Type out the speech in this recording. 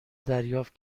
دریافت